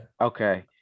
Okay